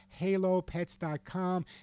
halopets.com